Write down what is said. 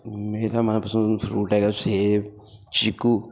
ਮੇਰਾ ਮਨਪਸੰਦ ਫਰੂਟ ਹੈਗਾ ਸੇਬ ਚੀਕੂ